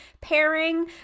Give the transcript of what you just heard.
pairing